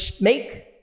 make